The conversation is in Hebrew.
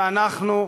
שאנחנו אחים.